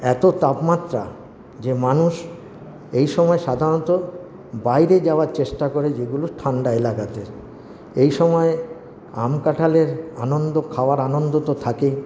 এত তাপমাত্রা যে মানুষ এই সময় সাধারণত বাইরে যাওয়ার চেষ্টা করে যেগুলো ঠান্ডা এলাকাতে এই সময় আম কাঁঠালের আনন্দ খাওয়ার আনন্দ তো থাকে